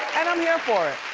and i'm here for it.